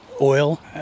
oil